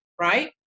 Right